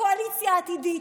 הקואליציה העתידית,